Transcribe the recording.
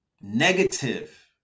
negative